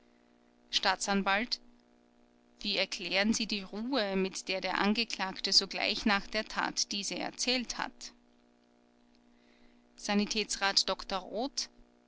staatsanwalt wie erklären sie die ruhe mit der der angeklagte sogleich nach der tat diese erzählt hat sanitätsrat dr roth